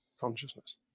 consciousness